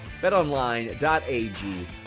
Betonline.ag